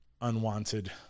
unwanted